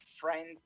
friend